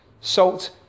salt